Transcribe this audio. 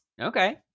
Okay